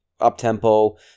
up-tempo